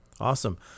Awesome